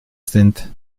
sind